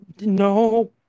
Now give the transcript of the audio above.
No